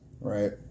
right